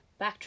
backtrack